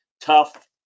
Tough